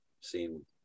seen